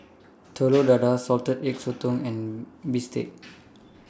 Telur Dadah Salted Egg Sotong and Bistake